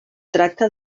tracta